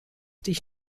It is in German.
dich